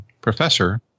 professor